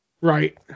Right